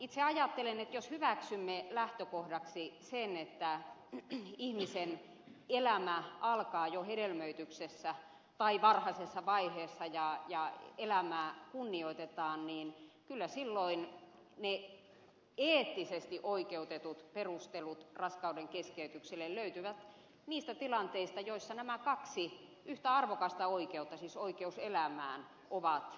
itse ajattelen että jos hyväksymme lähtökohdaksi sen että ihmisen elämä alkaa jo hedelmöityksessä tai varhaisessa vaiheessa ja elämää kunnioitetaan niin kyllä silloin ne eettisesti oikeutetut perustelut raskaudenkeskeytykselle löytyvät niistä tilanteista joissa nämä kaksi yhtä arvokasta oikeutta siis oikeutta elämään ovat uhattuna